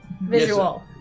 visual